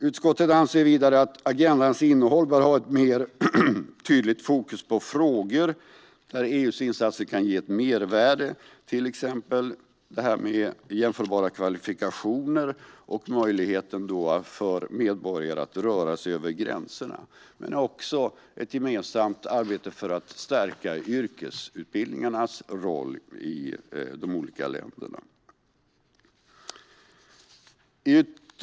Utskottet anser vidare att agendans innehåll bör ha ett mer tydligt fokus på frågor där EU:s insatser kan ge ett mervärde, till exempel jämförbara kvalifikationer och möjligheten för medborgare att röra sig över gränserna men också ett gemensamt arbete för att stärka yrkesutbildningarnas roll i de olika länderna.